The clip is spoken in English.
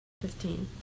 Fifteen